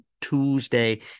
Tuesday